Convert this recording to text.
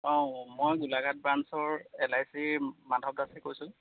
অঁ মই গোলাঘাট ব্ৰাঞ্চৰ এল আই চিৰ মাধৱ দাসে কৈছোঁ